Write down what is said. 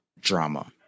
drama